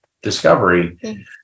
discovery